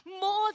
more